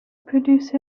produce